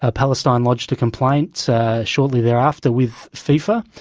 ah palestine lodged a complaint shortly thereafter with fifa.